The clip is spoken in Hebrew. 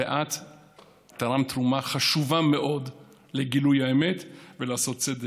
ואת תרמת תרומה חשובה מאוד לגילוי האמת ולעשיית צדק.